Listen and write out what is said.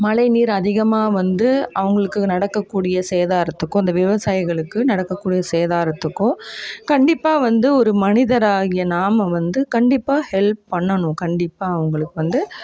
மழைநீர் அதிகமாக வந்து அவங்களுக்கு நடக்கக்கூடிய சேதாரத்துக்கோ அந்த விவசாயிகளுக்கு நடக்கக்கூடிய சேதாரத்துக்கோ கண்டிப்பாக வந்து ஒரு மனிதராகிய நாம் வந்து கண்டிப்பாக ஹெல்ப் பண்ணணும் கண்டிப்பாக அவங்களுக்கு வந்து